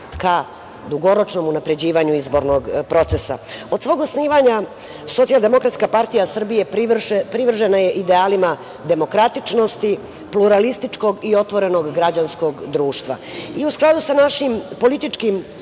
ka dugoročnom unapređenju izbornog procesa. Od svog osnivanja SDPS privržena je idealima demokratičnosti, pluralističkog i otvorenog građanskog društva. U skladu sa našim političkim